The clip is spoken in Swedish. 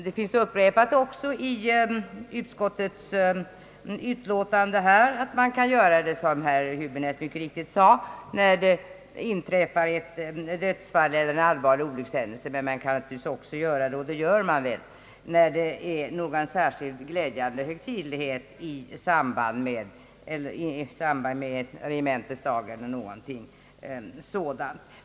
Det finns uppräknat i utskotts utlåtandet att man — som herr Häbinette mycket riktigt sade — kan göra det när det inträffar dödsfall eller en allvarlig olyckshändelse. Men man kan naturligtvis också göra det — och det gör man väl — vid något särskilt glädjande tillfälle, t.ex. regementets dag eller liknande.